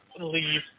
leave